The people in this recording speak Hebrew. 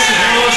לא.